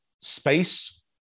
space